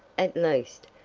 at least,